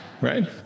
right